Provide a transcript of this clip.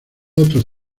otros